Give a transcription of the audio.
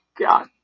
God